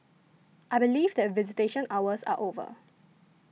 I believe that visitation hours are over